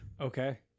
Okay